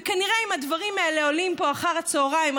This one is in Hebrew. ואם הדברים האלה עולים פה אחר הצוהריים,